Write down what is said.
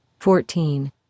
Fourteen